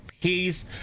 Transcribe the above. peace